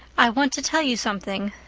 i want to tell you something.